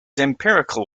empirical